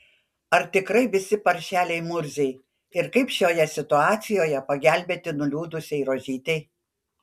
ar tikrai visi paršeliai murziai ir kaip šioje situacijoje pagelbėti nuliūdusiai rožytei